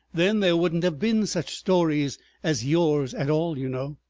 then there wouldn't have been such stories as yours at all, you know.